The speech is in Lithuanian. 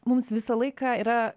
mums visą laiką yra